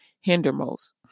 hindermost